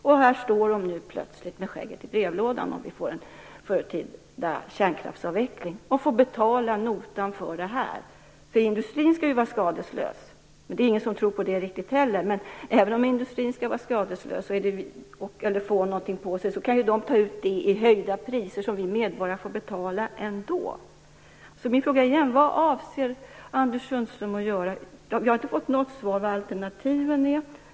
Och här står de nu plötsligt med skägget i brevlådan, om vi får en förtida kärnkraftsavveckling, och får betala notan för det här. Industrin skall ju hållas skadeslös. Det är ingen som riktigt tror på det heller, och även om det här skulle drabba industrin på något sätt kan ju den ta ut det i höjda priser som vi medborgare ändå får betala. Min fråga är alltså: Vad avser Anders Sundström att göra? Jag har inte fått något svar på vad alternativen är.